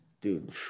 Dude